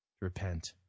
repent